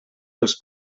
dels